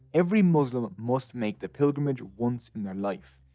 every muslim must make the pilgrimage once in their life,